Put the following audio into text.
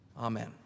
Amen